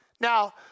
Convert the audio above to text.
Now